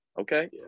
Okay